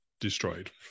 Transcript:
destroyed